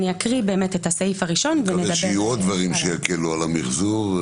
אני מקווה שיהיו עוד דברים שיקלו על המיחזור.